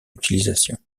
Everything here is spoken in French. utilisation